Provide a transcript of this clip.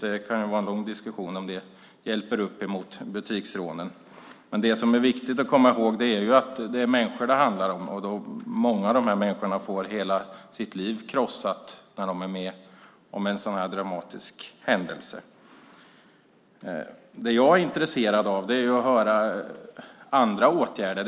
det kan vara en lång diskussion om det kan hjälpa mot butiksrånen. Men det som är viktigt att komma ihåg är att det är människor det handlar om, och många som varit med om en sådan här dramatisk händelse får hela sitt liv krossat. Vad jag är intresserad av är att höra om andra åtgärder.